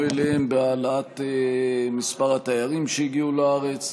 אליהם בהעלאת מספר התיירים שהגיעו לארץ.